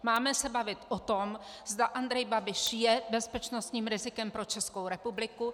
Máme se bavit o tom, zda Andrej Babiš je bezpečnostním rizikem pro Českou republiku.